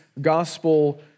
gospel